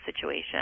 situation